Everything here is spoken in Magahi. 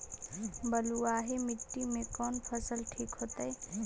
बलुआही मिट्टी में कौन फसल ठिक होतइ?